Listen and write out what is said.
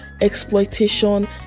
exploitation